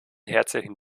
herzlichen